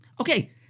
Okay